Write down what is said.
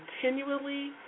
continually